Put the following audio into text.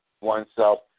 oneself